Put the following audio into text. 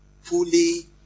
fully